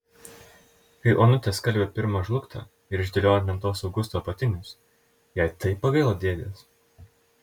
kai onutė skalbė pirmą žlugtą ir išdėliojo ant lentos augusto apatinius jai taip pagailo dėdės